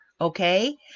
Okay